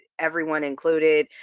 everyone included,